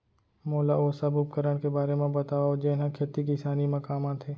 मोला ओ सब उपकरण के बारे म बतावव जेन ह खेती किसानी म काम आथे?